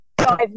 five